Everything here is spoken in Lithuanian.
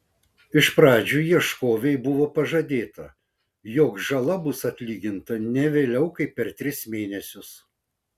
iš pradžių ieškovei buvo pažadėta jog žala bus atlyginta ne vėliau kaip per tris mėnesius